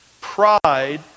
Pride